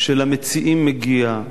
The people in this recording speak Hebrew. שלמציעים מגיע,